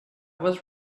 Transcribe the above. was